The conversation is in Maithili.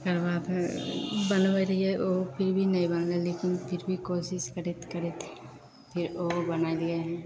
तकर बाद बनबै रहिए ओ फिर भी नहि बनलै लेकिन फिर भी कोशिश करैत करैत फेर ओहो बनेलिए